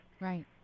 Right